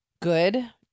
good